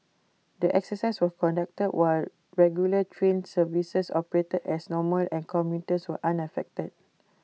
the exercise were conducted while regular train services operated as normal and commuters were unaffected